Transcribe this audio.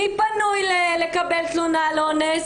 מי פנוי לקבל תלונה על אונס?